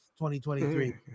2023